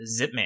Zipman